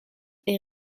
est